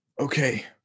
Okay